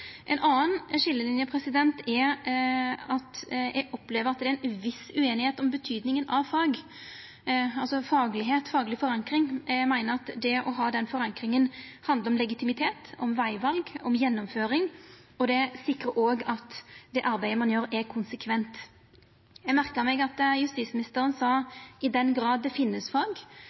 er at eg opplever at det er ei viss ueinigheit om betydinga av fag, altså faglegheit, fagleg forankring. Eg meiner at det å ha den forankringa handlar om legitimitet, om vegval, om gjennomføring. Det sikrar òg at det arbeidet ein gjer, er konsekvent. Eg merka meg at justisministeren sa «i den grad det finnes fag» og peikte på at det finst